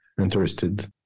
interested